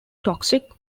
toxic